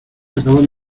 acaban